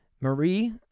Marie